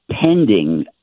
pending